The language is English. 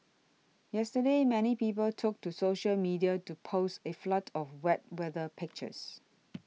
yesterday many people took to social media to post a flood of wet weather pictures